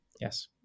Yes